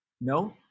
No